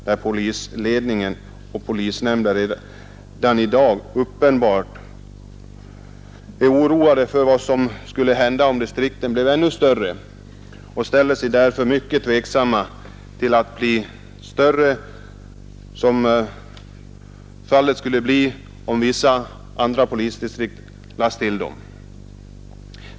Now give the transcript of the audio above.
Där är polisledning och polisnämnder oroade för vad som skulle hända om distrikten blir ännu större och ställer sig därför mycket tveksamma till att distrikten blir större, vilket skulle bli fallet om polisdistrikt läggs samman.